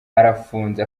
arafunze